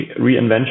reinvention